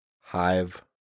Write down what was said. Hive